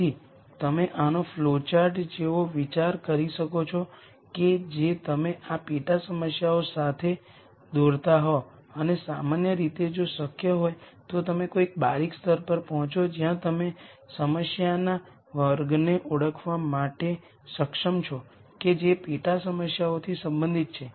તેથી તમે આનો ફ્લોચાર્ટ જેવો વિચાર કરી શકો છો કે જે તમે આ પેટા સમસ્યાઓ સાથે દોરતા હોવ અને સામાન્ય રીતે જો શક્ય હોય તો તમે કોઈ બારીક સ્તર પર પહોંચો જ્યાં તમે સમસ્યાના વર્ગને ઓળખવા માટે સક્ષમ છો કે જે પેટા સમસ્યાઓથી સંબંધિત છે